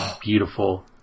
beautiful